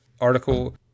article